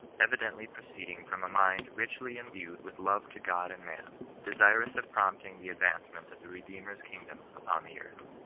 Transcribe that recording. evidently proceedirg from a mind richly embued with love to god and man, desirous of promoting the advancement of the redeemer's kingdom upon the earth.